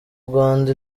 rwanda